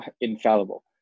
infallible